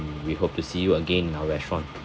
we hope to see you again in our restaurant